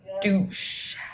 douche